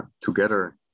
together